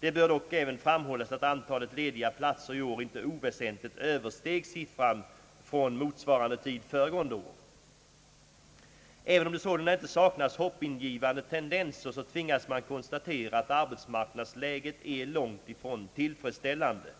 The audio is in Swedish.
Det bör dock även framhållas, att antalet lediga platser i år inte oväsentligt översteg siffran från motsvarande tid föregående år. Även om det sålunda inte saknas hoppingivande tendenser tvingas man konstatera att arbetsmarknadsläget är långt ifrån tillfredsställande.